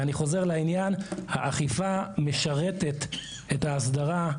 ואני חוזר לעניין האכיפה משרתת את ההסדרה,